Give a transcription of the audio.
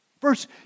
First